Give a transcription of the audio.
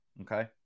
okay